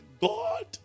God